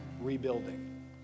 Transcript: rebuilding